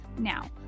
Now